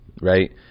right